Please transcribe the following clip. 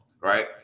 right